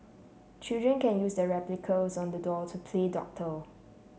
children can use the replicas on the dolls to play doctor